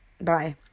Bye